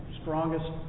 strongest